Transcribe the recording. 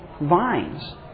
vines